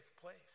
place